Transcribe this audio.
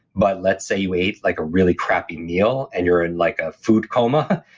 but let's say you ate like a really crappy meal and you're in like a food coma,